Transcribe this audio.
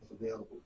available